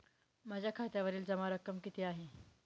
माझ्या खात्यावरील जमा रक्कम किती आहे?